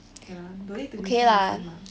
okay lah don't need to be so handsome lah